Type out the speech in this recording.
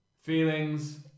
Feelings